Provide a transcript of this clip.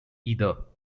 either